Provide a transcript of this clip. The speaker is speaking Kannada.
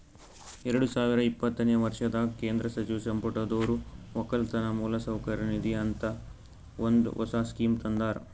ಎರಡು ಸಾವಿರ ಇಪ್ಪತ್ತನೆ ವರ್ಷದಾಗ್ ಕೇಂದ್ರ ಸಚಿವ ಸಂಪುಟದೊರು ಒಕ್ಕಲತನ ಮೌಲಸೌಕರ್ಯ ನಿಧಿ ಅಂತ ಒಂದ್ ಹೊಸ ಸ್ಕೀಮ್ ತಂದಾರ್